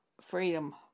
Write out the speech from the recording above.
freedom